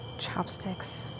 chopsticks